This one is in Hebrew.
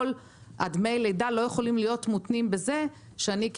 דמי לידה לא יכולים להיות מותנים בזה שאני,